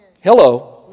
Hello